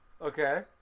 Okay